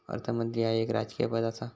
अर्थमंत्री ह्या एक राजकीय पद आसा